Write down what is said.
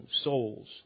souls